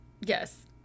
yes